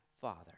father